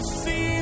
see